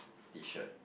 T shirt